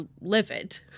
livid